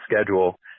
schedule